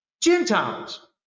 Gentiles